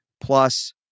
plus